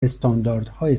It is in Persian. استانداردهای